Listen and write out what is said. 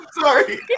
Sorry